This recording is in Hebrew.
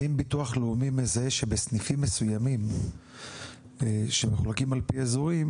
האם ביטוח לאומי מזהה שבסניפים מסוימים שמחולקים על פי אזורים,